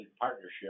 partnership